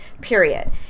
Period